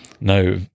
No